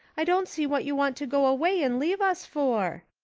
i don't see what you want to go away and leave us for.